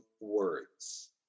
words